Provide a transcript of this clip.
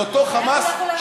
לאותו חמאס,